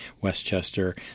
Westchester